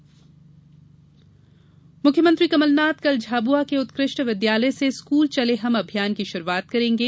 school चलें मुख्यमंत्री कमलनाथ कल झाबुआ के उत्कष्ट विद्यालय से स्कूल चले हम अभियान की शुरुआत करेंगे